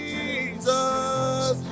Jesus